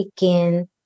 begin